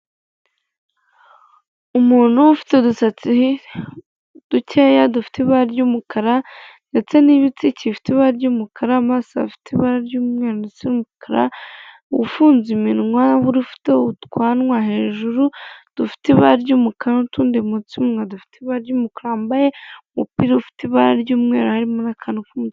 Umuntu ufite udusatsi dukeya dufite ibara ry'umukara ndetse n'ibitsike bifite ibara ry'umukara, mu maso hafite ibara ry'umweru ndetse n'umukara, ufunze iminwa, ufite utwanwa hejuru dufite ibara ry'umukara n'utundi munsi y'umunwa dufite ibara ry'umukara, wambaye umupira ufite ibara ry'umweru harimo n'akantu k'umu